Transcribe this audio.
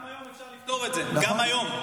גם היום אפשר לפתור את זה, גם היום.